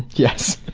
yes.